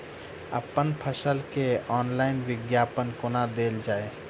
अप्पन फसल केँ ऑनलाइन विज्ञापन कोना देल जाए?